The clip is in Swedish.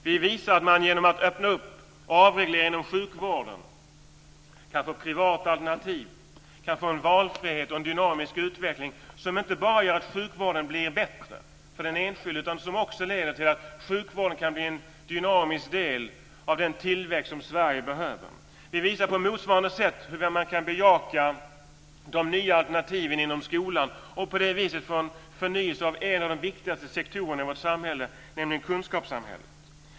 Det visar vi genom att öppna för avreglering inom sjukvården så att vi kan få privata alternativ, en valfrihet och en dynamisk utveckling som inte bara gör att sjukvården blir bättre för den enskilde utan som också leder till att sjukvården kan bli en dynamisk del av den tillväxt som Sverige behöver. Vi visar på motsvarande sätt hur man kan bejaka de nya alternativen inom skolan och på det viset få en förnyelse av en av de viktigaste sektorerna i vårt samhälle, nämligen kunskapssamhället.